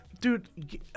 Dude